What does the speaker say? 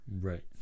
right